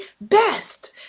best